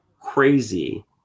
crazy